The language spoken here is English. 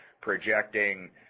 projecting